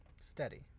steady